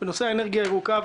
בנושא האנרגיה הירוקה,